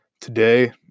today